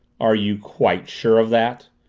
are you quite sure of that?